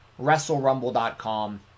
WrestleRumble.com